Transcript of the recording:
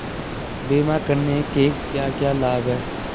बीमा करने के क्या क्या लाभ हैं?